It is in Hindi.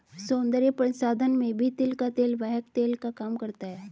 सौन्दर्य प्रसाधन में भी तिल का तेल वाहक तेल का काम करता है